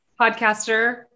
podcaster